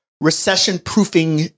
recession-proofing